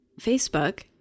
Facebook